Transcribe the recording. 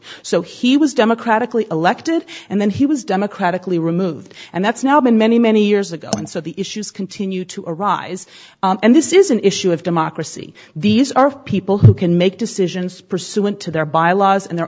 so he was democratically elected and then he was democratically removed and that's now been many many years ago and so the issues continue to arise and this is an issue of democracy these are people who can make decisions pursuant to their bylaws and their